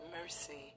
mercy